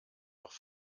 doch